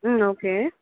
ம் ஓகே